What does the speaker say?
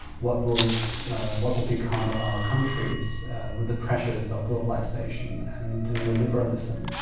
what will what will become of our countries with the pressures of globalisation and neoliberalism.